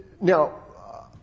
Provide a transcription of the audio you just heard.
Now